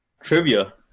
Trivia